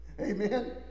Amen